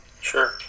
Sure